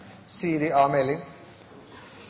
Siri A. Meling